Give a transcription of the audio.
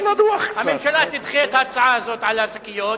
הממשלה תדחה את ההצעה הזאת על השקיות,